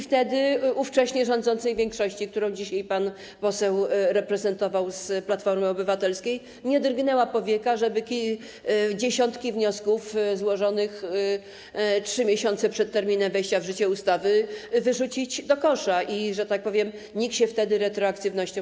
Wtedy ówcześnie rządzącej większości, którą dzisiaj reprezentował pan poseł z Platformy Obywatelskiej, nie drgnęła powieka, żeby dziesiątki wniosków złożonych 3 miesiące przed terminem wejścia w życie ustawy wyrzucić do kosza i, że tak powiem, nikt się wtedy nie przejmował retroaktywnością.